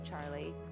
Charlie